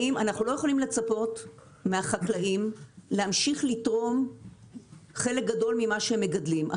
יכולים לצפות מהחקלאים להמשיך לתרום חלק גדול ממה שהם מגדלים.